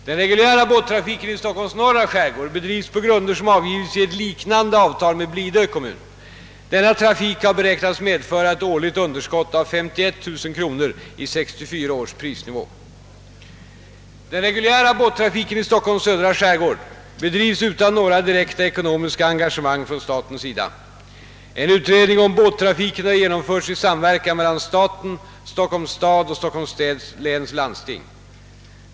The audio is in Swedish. Den reguljära båttrafiken i Stockholms norra skärgård bedrivs på grunder som angivits i ett liknande avtal med Blidö kommun. Denna trafik har beräknats medföra ett årligt underskott av 51 000 kronor i 1964 års prisnivå. Den reguljära båttrafiken i Stockholms södra skärgård bedrivs utan några direkta ekonomiska engagemang från statens sida. En utredning om båttrafiken har genomförts i samverkan mellan staten, Stockholms stad och Stockholms läns landsting.